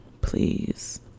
please